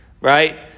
right